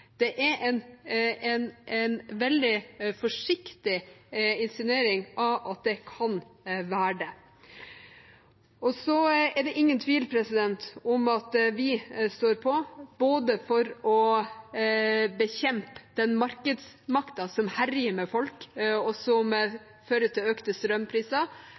Det er en veldig forsiktig insinuering om at det kan være det. Det er ingen tvil om at vi står på for å bekjempe den markedsmakten som herjer med folk, og som fører til økte strømpriser,